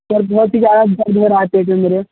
sir बहुत ही ज़्यादा दर्द हो रहा है पेट में मेरे